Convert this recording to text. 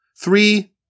Three